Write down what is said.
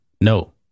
No